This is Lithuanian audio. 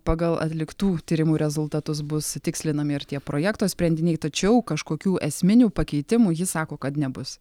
pagal atliktų tyrimų rezultatus bus tikslinami ir tie projekto sprendiniai tačiau kažkokių esminių pakeitimų ji sako kad nebus